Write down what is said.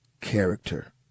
character